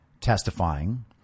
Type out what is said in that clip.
testifying